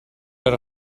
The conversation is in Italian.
era